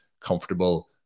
comfortable